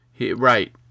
right